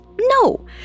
No